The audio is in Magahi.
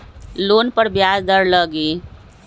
लोन पर ब्याज दर लगी?